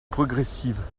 progressive